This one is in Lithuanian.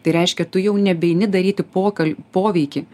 tai reiškia tu jau nebe eini daryti pokal poveikį